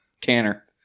Tanner